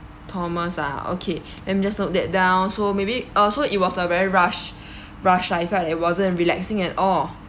thomas ah okay let me just note that down so maybe uh so it was a very rushed rushed lah in fact it wasn't relaxing at all